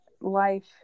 life